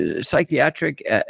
psychiatric